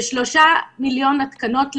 ב-3 מיליון התקנות,